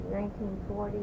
1940